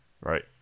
right